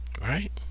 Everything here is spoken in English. Right